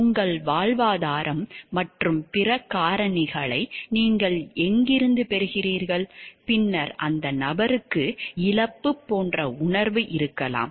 உங்கள் வாழ்வாதாரம் மற்றும் பிற காரணிகளை நீங்கள் எங்கிருந்து பெறுகிறீர்கள் பின்னர் அந்த நபருக்கு இழப்பு போன்ற உணர்வு இருக்கலாம்